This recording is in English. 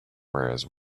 whereas